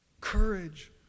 Courage